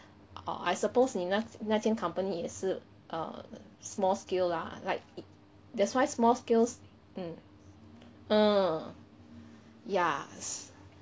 I suppose 你那那间 company 也是 uh small scale lah like that's why small scale mm mm ya